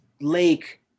lake